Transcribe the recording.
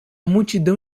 multidão